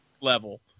level